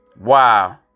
wow